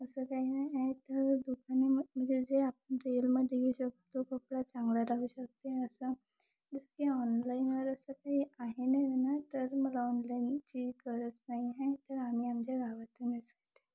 असं काही नाही आहे तर दुकाने म्हणजे जे आपण रियलमध्ये घेऊ शकतो तो कपडा चांगला लागू शकते असं जसं की ऑनलाईनवर असं काही आहे नाही म्हणा तर मला ऑनलाईनची गरज नाही आहे तर आम्ही आमच्या गावातूनच